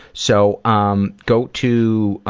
so um go to